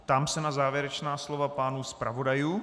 Ptám se na závěrečná slova pánů zpravodajů?